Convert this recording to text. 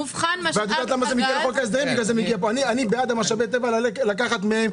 לא, אני לא מבינה, תסבירו.